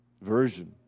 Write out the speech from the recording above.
version